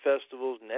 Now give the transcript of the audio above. festivals